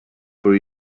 for